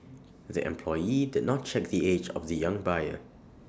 the employee did not check the age of the young buyer